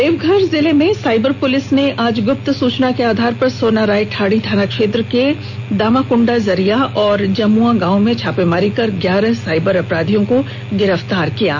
देवघर जिले की cyber police ने आज गुप्त सूचना के आधार पर सोनाराय ठाड़ी थानाक्षेत्र के दामाकुंडा जरिया और जमुआ गावों में छापेमारी कर ग्यारह साइबर अपराधियों को गिरफ्तार किया है